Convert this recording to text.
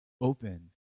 open